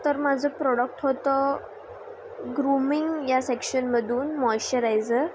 तर तर माझं प्रोडक्ट होतं ग्रुमिंग या सेक्शनमदून मॉइचरायजर